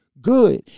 good